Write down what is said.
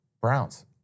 Browns